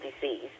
disease